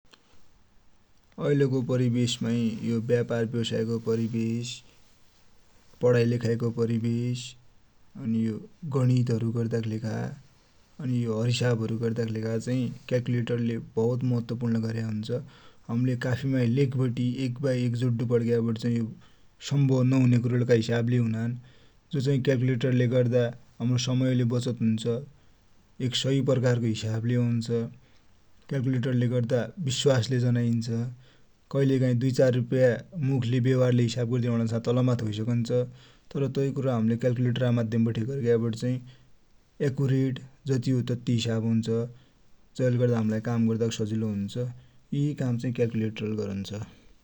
ऐले को परिबेस माइ यो ब्यापार ब्यवसाय को परिबेस, पढाइको परिबेस, अनि यो गणित हरु गर्दा कि लेखा अनि यो हर हिसाब हरु गर्दा कि लेखा चाइ क्याल्कुलेटर ले बहुत महत्वोपुर्ण गर्या हुन्छ । हमिले काफि माइ लेख्बटी एक बाइ एक जोड्डू पडिग्याबटी चाइ सम्भव नहुने कुरा का ले हिसाब हरु हुनान जो चाइ क्याल्कुलेटर ले गर्दा समय ले बचत हुन्छ, एक सहि प्रकारको हिसाब ले आउन्छ। क्याल्कुलेटर ले गर्दा बिस्वास ले जनाइन्छ। कहिले काहि दुइ चार रुप्या मुख ले हिसाब गर्दे हो भनेपछा तलमथि भैसकन्छ। तर तोइ कुरा हमिले क्याल्कुलेटर का माध्यमले गर्ज्ञ्ाबटि एकुरेट जति हो तति हिसाब हुन्छ । जै ले गर्दा हमिलाइ काम गर्दा कि सजिलो हुन्छ, यियि काम चाइ क्यल्कुलेटर ले गरन्छ ।